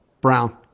brown